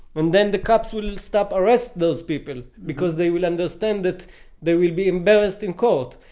and then the cops will stop arrest those people because they will understand that they will be embarrassed in court.